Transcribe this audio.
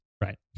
Right